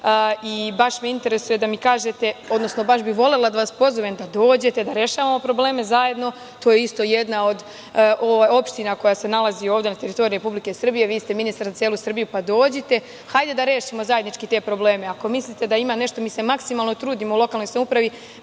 i baš me interesuje da mi kažete, odnosno baš bih volela da vas pozovem da dođete da rešavamo probleme zajedno. To je isto jedna od opština koja se nalazi ovde na teritoriji Republike Srbije, vi ste ministar za celu Srbiju, pa dođite, hajde da rešimo zajednički te probleme. Ako mislite da ima nešto, mi se maksimalno trudimo u lokalnoj samoupravi,